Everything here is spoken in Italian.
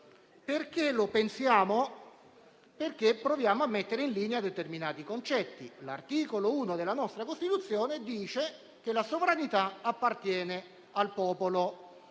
Pensiamo questo perché proviamo a mettere in linea determinati concetti: l'articolo 1 della nostra Costituzione afferma che la sovranità appartiene al popolo,